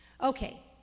Okay